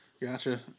Gotcha